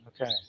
Okay